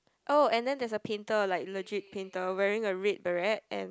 oh and then there's a painter like legit painter wearing a red beret and